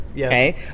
Okay